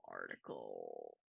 article